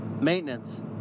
maintenance